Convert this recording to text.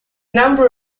number